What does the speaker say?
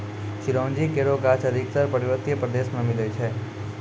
चिरौंजी केरो गाछ अधिकतर पर्वतीय प्रदेश म मिलै छै